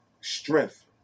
strength